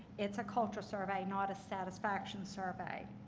it's a cultural survey, not a satisfaction survey.